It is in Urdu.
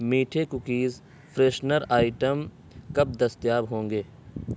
میٹھے کوکیز فریشنر آئٹم کب دستیاب ہوں گے